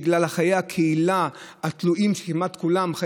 בגלל חיי הקהילה של רבים,